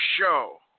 show